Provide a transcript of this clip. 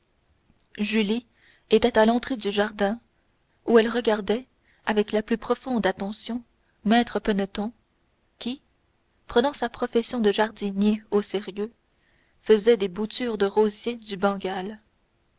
julie était à l'entrée du jardin où elle regardait avec la plus profonde attention maître peneton qui prenant sa profession de jardinier au sérieux faisait des boutures de rosier du bengale